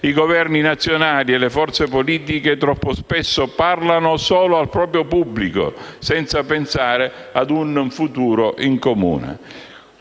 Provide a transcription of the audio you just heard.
I Governi nazionali e le forze politiche troppo spesso parlano solo al proprio pubblico, senza pensare ad un futuro in comune.